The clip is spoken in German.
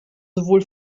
sowohl